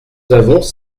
avons